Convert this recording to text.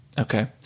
Okay